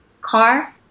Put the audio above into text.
car